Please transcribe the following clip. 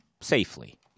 safely